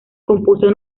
compuso